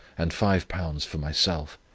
and five pounds for myself.